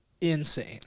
insane